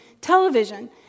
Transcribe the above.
television